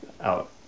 out